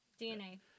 DNA